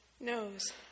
knows